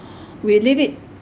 we leave it